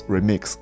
Remix 》